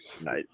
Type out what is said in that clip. Nice